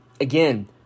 Again